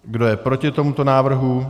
Kdo je proti tomuto návrhu?